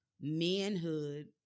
manhood